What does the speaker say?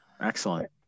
Excellent